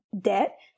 debt